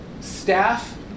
staff